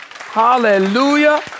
Hallelujah